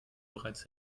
bereits